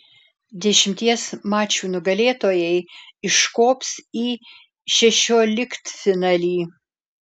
dešimties mačų nugalėtojai iškops į šešioliktfinalį